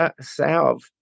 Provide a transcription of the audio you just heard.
salve